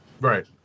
right